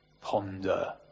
ponder